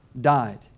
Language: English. died